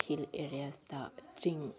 hill ꯑꯦꯔꯤꯌꯥꯁꯇ ꯆꯤꯡ